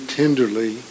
tenderly